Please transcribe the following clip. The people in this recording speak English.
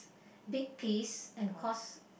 big piece and cost